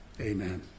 Amen